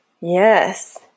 Yes